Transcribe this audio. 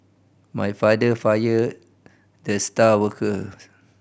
my father fired the star worker